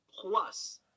plus